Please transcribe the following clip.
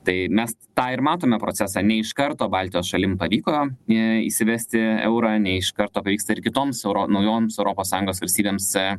tai mes tą ir matome procesą ne iš karto baltijos šalim pavyko į įsivesti eurą ne iš karto pavyksta ir kitoms euro naujoms europos sąjungos valstybėms e